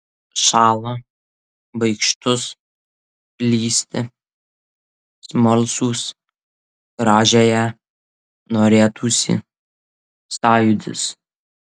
šąlą baikštus lįsti smalsūs gražiąją norėtųsi sąjūdis